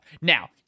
Now